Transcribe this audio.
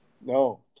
No